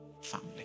family